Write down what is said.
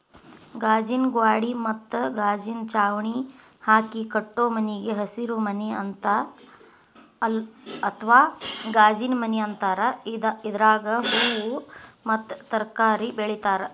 ಗಾಜಿನ ಗ್ವಾಡಿ ಮತ್ತ ಗಾಜಿನ ಚಾವಣಿ ಹಾಕಿ ಕಟ್ಟೋ ಮನಿಗೆ ಹಸಿರುಮನಿ ಅತ್ವಾ ಗಾಜಿನಮನಿ ಅಂತಾರ, ಇದ್ರಾಗ ಹೂವು ಮತ್ತ ತರಕಾರಿ ಬೆಳೇತಾರ